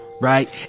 right